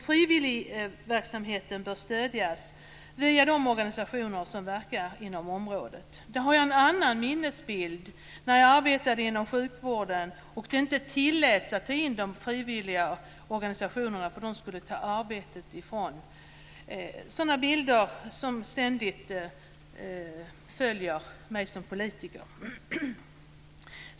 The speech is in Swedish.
Frivilligverksamheten bör stödjas via de organisationer som verkar inom området. Jag har i det sammanhanget en annan minnesbild, från den tid när jag arbetade inom sjukvården. Man tilläts då inte att släppa in de frivilliga organisationerna, för de skulle ta arbetet från de anställda. Sådana bilder följer mig ständigt som politiker.